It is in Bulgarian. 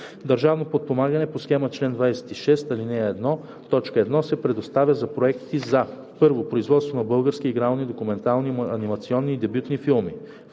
Държавно подпомагане по схема по чл. 26, ал. 1, т. 1 се предоставя за проекти за: 1. производство на български игрални, документални, анимационни и дебютни филми;